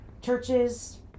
churches